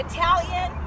Italian